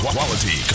Quality